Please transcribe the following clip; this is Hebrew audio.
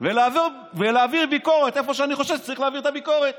ולהעביר ביקורת איפה שאני חושב שצריך להעביר את הביקורת.